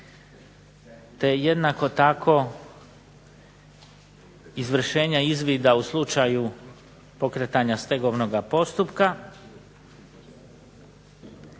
te jednako tako izvršenja izvida u slučaju pokretanja stegovnoga postupka,